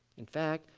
in fact,